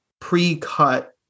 pre-cut